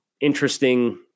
interesting